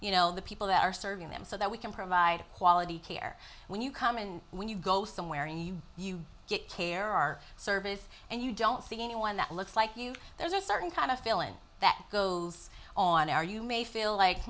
you know the people that are serving them so that we can provide quality care when you come and when you go somewhere and you you get care our service and you don't see anyone that looks like you there's a certain kind of feeling that goes on air you may feel like